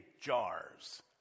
jars